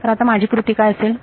तर आता माझी कृती काय असेल